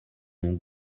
nom